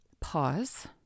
pause